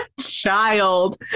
Child